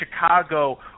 Chicago